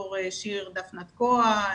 ד"ר שיר דפנה תקוע,